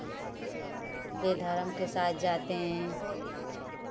बेधरम के साथ जाते हैं